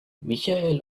michael